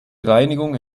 reinigung